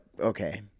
okay